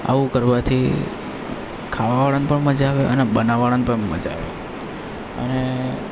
આવું કરવાથી ખાવા વાળાને પણ મજા આવે અને બનાવવાવાળાને પણ મજા આવે અને